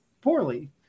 poorly